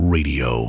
Radio